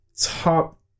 top